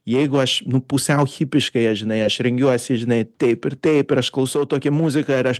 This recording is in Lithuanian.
jeigu aš pusiau hipiškai aš žinai aš rengiuosi žinai taip ir taip ir aš klausau tokią muziką ir aš